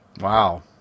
Wow